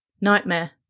nightmare